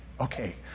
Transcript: Okay